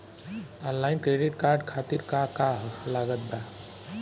Online credit card खातिर का का लागत बा?